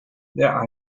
their